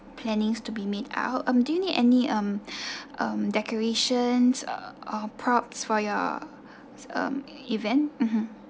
plannings to be made out um do you need any um um decorations or props for your um event mmhmm